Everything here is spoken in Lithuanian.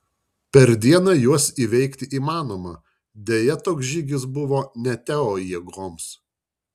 per dieną juos įveikti įmanoma deja toks žygis buvo ne teo jėgoms